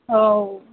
हो